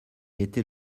était